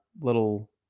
little